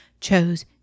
chose